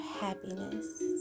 Happiness